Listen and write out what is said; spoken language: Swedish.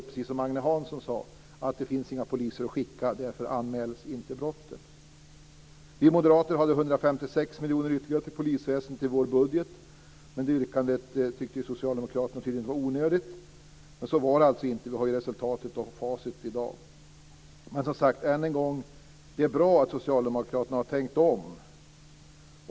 Det är precis som Agne Hansson sade; det finns inga poliser att skicka och därför anmäls inte brotten. Vi moderater hade 156 miljoner kronor ytterligare till polisväsendet i vår budget. Det yrkandet tyckte Socialdemokraterna tydligen var onödigt, men det var det alltså inte. Vi har ju resultatet i facit i dag. Än en gång: Det är som sagt bra att Socialdemokraterna har tänkt om.